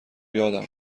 یادم